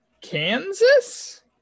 Kansas